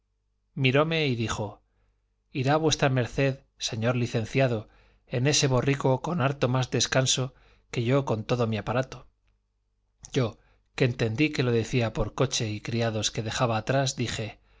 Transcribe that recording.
miróme y dijo irá v md señor licenciado en ese borrico con harto más descanso que yo con todo mi aparato yo que entendí que lo decía por coche y criados que dejaba atrás dije